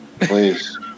please